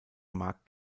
markt